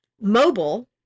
mobile